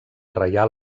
reial